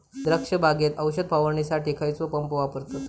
द्राक्ष बागेत औषध फवारणीसाठी खैयचो पंप वापरतत?